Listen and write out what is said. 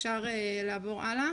שקף הבא.